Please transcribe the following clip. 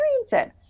experience